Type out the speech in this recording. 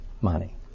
money